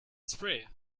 spray